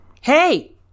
Hey